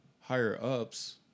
higher-ups